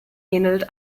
ähnelt